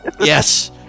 yes